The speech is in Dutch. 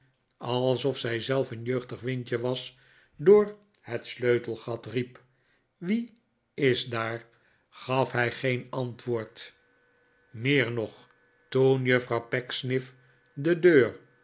alsof zij zelf een jeugdig windje was door het sleutelgat riep wie is daar gaf hij geen antwoord meer nog toen juffrouw pecksniff de deur